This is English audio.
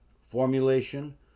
formulation